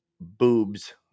boobs